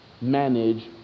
manage